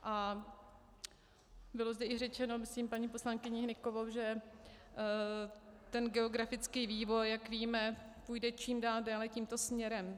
A bylo zde i řečeno, myslím paní poslankyní Hnykovou, že geografický vývoj, jak víme, půjde čím dál dále tímto směrem.